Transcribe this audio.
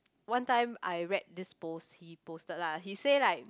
one time I read this post he posted lah he say like